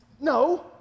No